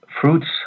fruits